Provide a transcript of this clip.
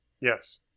Yes